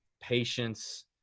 patience